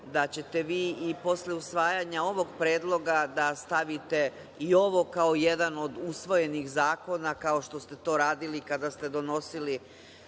da ćete vi i posle usvajanja ovog predloga da stavite i ovo kao jedan od usvojenih zakona, kao što ste to radili kada ste donosili